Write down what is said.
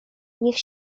niech